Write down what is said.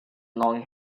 long